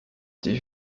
die